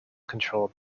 controlled